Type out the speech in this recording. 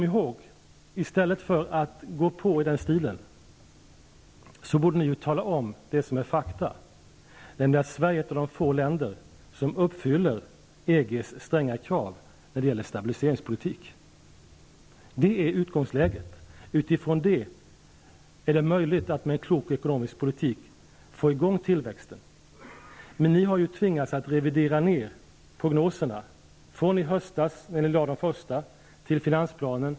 I stället för att gå på i den stilen borde ni tala om fakta, att Sverige är ett av de få länder som uppfyller EG:s stränga krav när det gäller stabiliseringspolitik. Det är utgångsläget. Utifrån det är det möjligt att med en klok ekonomisk politik få i gång tillväxten. Ni har tvingats revidera de prognoser som gjordes i höstas till finansplanen.